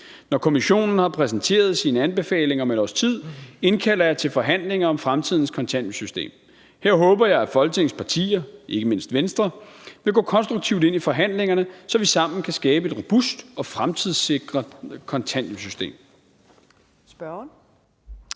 Når kommissionen har præsenteret sine anbefalinger om et års tid, indkalder jeg til forhandling om fremtidens kontanthjælpssystem. Her håber jeg, at Folketingets partier, ikke mindst Venstre, vil gå konstruktivt ind i forhandlingerne, så vi sammen kan skabe et robust og fremtidssikret kontanthjælpssystem.